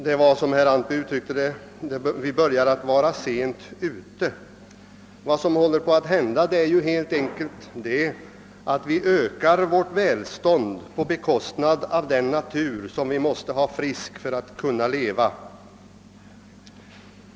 Vi är dock, som herr Antby uttryckte det, sent ute. Vad som håller på att hända är helt enkelt att vi ökar vårt välstånd på bekostnad av den natur som måste vara frisk för att vi skall kunna leva.